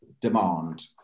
demand